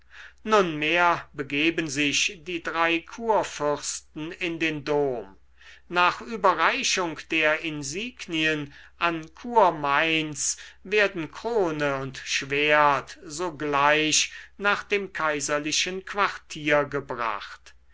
nunmehr begeben sich die drei kurfürsten in den dom nach überreichung der insignien an kurmainz werden krone und schwert sogleich nach dem kaiserlichen quartier gebracht